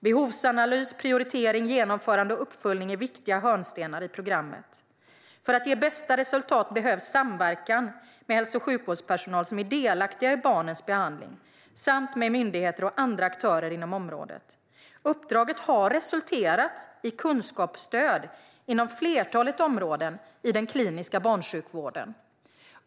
Behovsanalys, prioritering, genomförande och uppföljning är viktiga hörnstenar i programmet. För att ge bästa resultat behövs samverkan med hälso och sjukvårdspersonal som är delaktiga i barnens behandling samt med myndigheter och andra aktörer inom området. Uppdraget har resulterat i kunskapsstöd inom flertalet områden i den kliniska barnsjukvården.